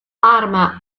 arma